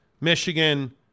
Michigan